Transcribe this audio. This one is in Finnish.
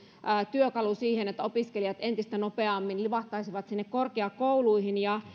työkalu siihen että opiskelijat entistä nopeammin livahtaisivat korkeakouluihin